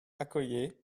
accoyer